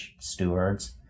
stewards